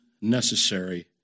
necessary